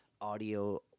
audio